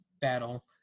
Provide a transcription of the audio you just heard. battle